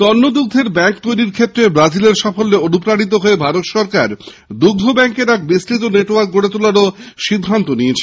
স্তন্যদুগ্ধের bank তৈরীর ক্ষেত্রে ব্রাজিলের সাফল্যে অনুপ্রাণিত হয়ে ভারত দুগ্ধ ব্যাঙ্কের এক বিস্তৃত নেটওয়ার্ক গড়ে তোলার সিদ্ধান্ত নিয়েছে